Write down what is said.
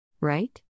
Right